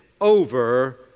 over